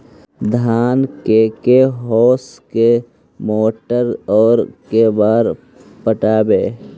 धान के के होंस के मोटर से औ के बार पटइबै?